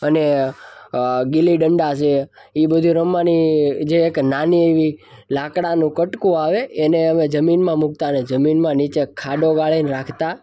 અને ગીલી ડંડા છે એ બધુ રમવાની જે એક નાની એવી લાકડાનો કટકો આવે એને અમે જમીનમાં મુકતા અને જમીનમાં નીચે ખાડો વાળીને રાખતા